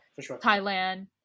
Thailand